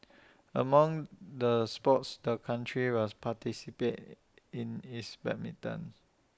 among the sports the country will participate in is badminton